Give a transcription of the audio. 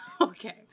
Okay